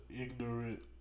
ignorant